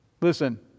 Listen